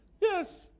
Yes